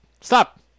Stop